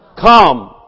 Come